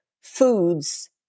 foods